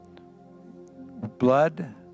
blood